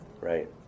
Right